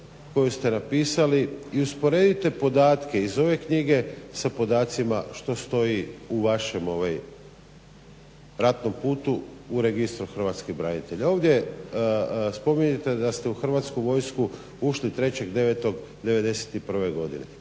koju ste napisali i usporedite podatke iz ove knjige sa podacima što stoji u vašem ratnom putu u Registru hrvatskih branitelja. Ovdje spominjete da ste u Hrvatsku vojsku ušli 3.9.'91. godine.